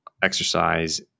exercise